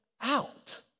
out